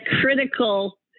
critical